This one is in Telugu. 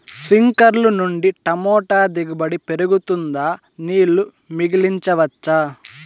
స్ప్రింక్లర్లు నుండి టమోటా దిగుబడి పెరుగుతుందా? నీళ్లు మిగిలించవచ్చా?